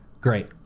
Great